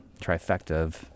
trifecta